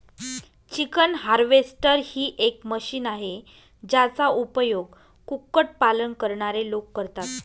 chicken harvester ही एक machine आहे, ज्याचा उपयोग कुक्कुट पालन करणारे लोक करतात